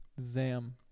Zam